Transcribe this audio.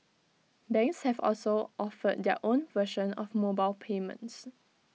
banks have also offered their own version of mobile payments